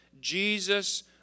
Jesus